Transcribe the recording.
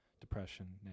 depression